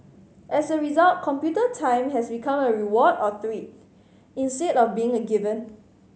as a result computer time has become a reward or treat instead of being a given